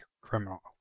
Criminal